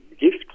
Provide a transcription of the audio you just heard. gifts